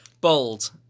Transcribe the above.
bold